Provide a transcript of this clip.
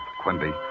Quimby